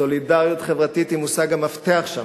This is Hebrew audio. סולידריות חברתית היא מושג המפתח שם,